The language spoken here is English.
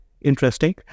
interesting